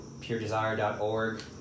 puredesire.org